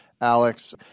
Alex